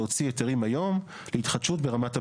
להוציא היתרים היום להתחדשות ברמת הבניין.